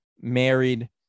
married